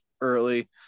early